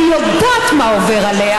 ואני יודעת מה עובר עליה: